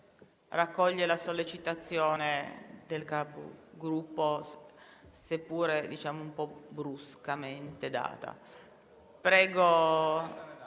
raccoglie la sollecitazione del Capogruppo, seppure data un po' bruscamente. Prego,